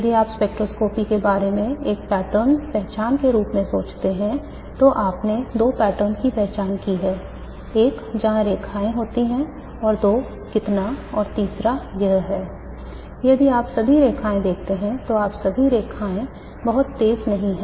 यदि आप स्पेक्ट्रोस्कोपी के बारे में एक पैटर्न पहचान के रूप में सोचते हैं तो आपने दो पैटर्न की पहचान की है एक जहां रेखाएं होती हैं और दो कितना और तीसरा यह है यदि आप सभी रेखाएँ देखते हैं तो सभी रेखाएं बहुत तेज नहीं हैं